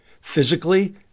physically